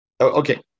okay